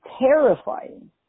terrifying